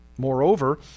Moreover